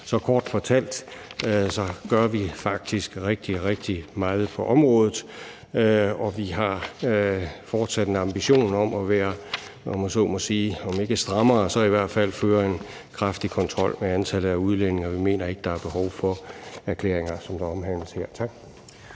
Så kort fortalt gør vi faktisk rigtig, rigtig meget på området, og vi har fortsat en ambition om at om ikke være strammere, så i hvert fald føre en kraftig kontrol med antallet af udlændinge, og vi mener ikke, at der er behov for erklæringer som dem, der omtales her. Tak.